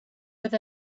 with